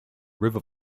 river